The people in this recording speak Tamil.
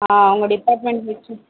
ஆ உங்கள் டிபார்ட்மெண்ட் ஹெச்ஓ